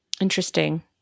Interesting